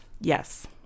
yes